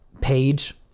page